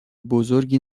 بزرگی